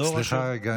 סליחה רגע,